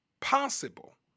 possible